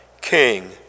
king